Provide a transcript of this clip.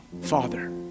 Father